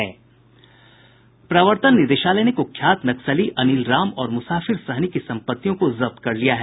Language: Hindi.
प्रवर्तन निदेशालय ने कूख्यात नक्सली अनिल राम और मुसाफिर सहनी की सम्पत्तियों को जब्त कर लिया है